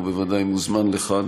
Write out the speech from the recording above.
הוא בוודאי מוזמן לכאן